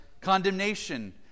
condemnation